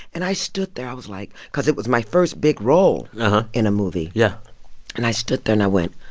and i stood there, i was like cause it was my first big role in a movie yeah and i stood there, and i went,